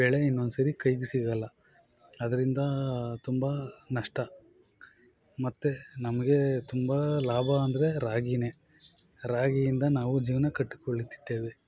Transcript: ಬೆಳೆ ಇನ್ನೊಂದು ಸರಿ ಕೈಗೆ ಸಿಗೊಲ್ಲ ಅದ್ರಿಂದ ತುಂಬ ನಷ್ಟ ಮತ್ತೆ ನಮಗೆ ತುಂಬ ಲಾಭ ಅಂದರೆ ರಾಗಿಯೇ ರಾಗಿಯಿಂದ ನಾವು ಜೀವನ ಕಟ್ಟಿಕೊಳ್ಳುತ್ತಿದ್ದೇವೆ